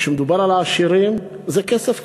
כשמדובר על העשירים זה כסף קטן,